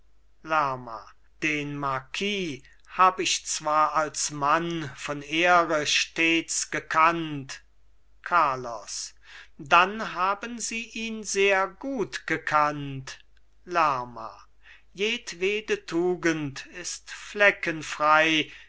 lerma den marquis hab ich zwar als mann von ehre stets gekannt carlos dann haben sie ihn sehr gut gekannt lerma jedwede tugend ist